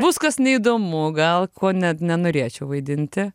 bus kas neįdomu gal ko net nenorėčiau vaidinti